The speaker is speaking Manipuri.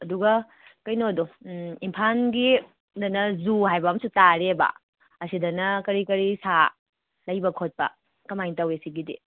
ꯑꯗꯨꯒ ꯀꯩꯅꯣꯗꯣ ꯏꯝꯐꯥꯟꯒꯤꯗꯅ ꯓꯨ ꯍꯥꯏꯕ ꯑꯝꯁꯨ ꯇꯥꯔꯦꯕ ꯑꯁꯤꯗꯅ ꯀꯔꯤ ꯀꯔꯤ ꯁꯥ ꯂꯩꯕ ꯈꯣꯠꯄ ꯀꯃꯥꯏ ꯇꯧꯏ ꯁꯤꯒꯤꯗꯤ